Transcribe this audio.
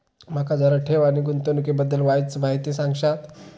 माका जरा ठेव आणि गुंतवणूकी बद्दल वायचं माहिती सांगशात?